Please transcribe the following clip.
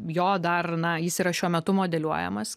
jo dar na jis yra šiuo metu modeliuojamas